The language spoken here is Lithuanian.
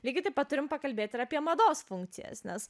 lygiai taip pat turim pakalbėti apie mados funkcijas nes